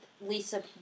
Lisa